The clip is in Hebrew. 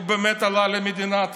הוא באמת עלה למדינת ישראל,